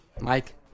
Mike